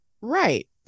Right